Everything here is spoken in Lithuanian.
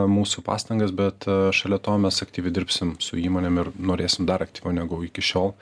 mūsų pastangas bet šalia to mes aktyviai dirbsim su įmonėm ir norėsim dar aktyviau negu iki šiol